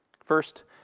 First